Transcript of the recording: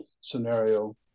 scenario